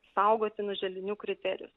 saugotinų želdinių kriterijus